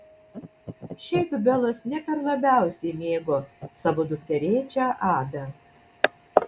šiaip belas ne per labiausiai mėgo savo dukterėčią adą